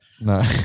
No